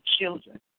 children